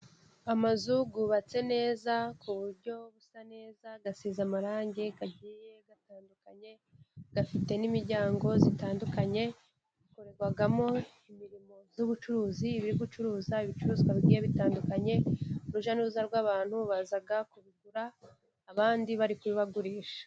Amazu yubatse neza ku buryo busa neza asize amarangi agiye atandukanye, afite n'imiryango itandukanye ikorerwamo imirimo y'ubucuruzi iba iri gucuruza ibicuruzwa bigiye bitandukanye. Urujya n'uruza rw'abantu baza kubigura, abandi bari kubibagurisha.